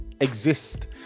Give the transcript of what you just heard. exist